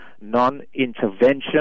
non-intervention